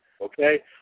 okay